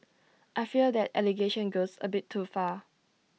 I fear that allegation goes A bit too far